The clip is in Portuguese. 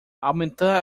aumentar